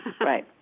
Right